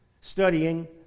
studying